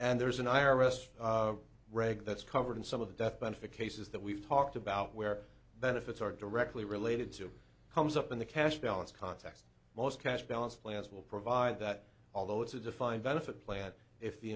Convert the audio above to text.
and there is an i arrest reg that's covered in some of the death benefit cases that we've talked about where benefits are directly related to comes up in the cash balance context most cash balance players will provide that although it's a defined benefit plan if the